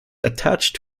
attached